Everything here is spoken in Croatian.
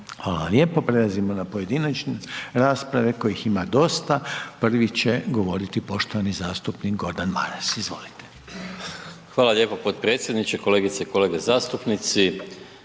Hvala lijepo. Prelazimo na pojedinačne rasprave kojih ima dosta. Prvi će govoriti poštovani zastupnik Gordan Maras. Izvolite. **Maras, Gordan (SDP)** Hvala lijepo potpredsjedniče. Kolegice i kolege zastupnici